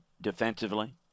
defensively